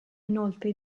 inoltre